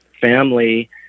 family